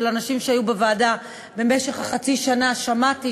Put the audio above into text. אנשים שהיו בוועדה במשך חצי שנה שמעתי.